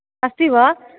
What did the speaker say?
अस्ति वा